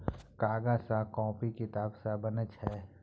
कागज सँ कांपी किताब सब बनै छै